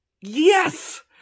Yes